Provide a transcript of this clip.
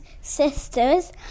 sisters